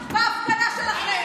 דגלי אש"ף בהפגנה שלכם.